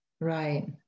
Right